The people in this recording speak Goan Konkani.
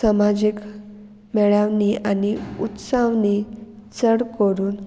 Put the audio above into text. समाजीक मेळावनी आनी उत्सावनी चड करून